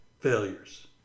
failures